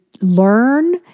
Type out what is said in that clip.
learn